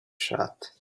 shut